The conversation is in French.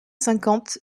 cinquante